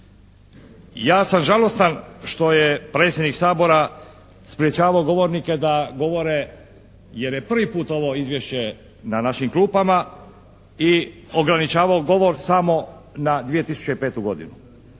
Ja sam žalostan što je predsjednik Sabora sprječavao govornike da govore jer je prvi put ovo izvješće na našim klupama i ograničavao govor samo na 2005. godinu.